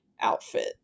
outfit